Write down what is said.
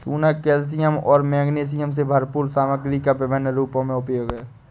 चूना कैल्शियम और मैग्नीशियम से भरपूर सामग्री का विभिन्न रूपों में उपयोग है